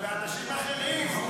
אלה אנשים אחרים.